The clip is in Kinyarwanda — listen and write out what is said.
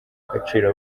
agaciro